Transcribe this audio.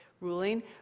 ruling